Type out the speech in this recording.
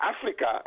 Africa